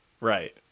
Right